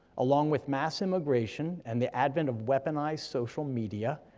along with mass immigration and the advent of weaponized social media,